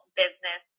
business